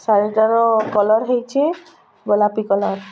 ଶାଢ଼ୀଟାର colour ହୋଇଛି ଗୋଲାପି colour